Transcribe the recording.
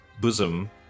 bosom